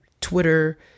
Twitter